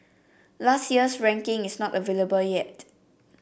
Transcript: last year's ranking is not available yet